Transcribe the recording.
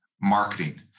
marketing